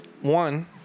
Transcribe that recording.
one